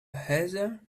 heather